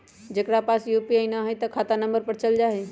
जेकरा पास यू.पी.आई न है त खाता नं पर चल जाह ई?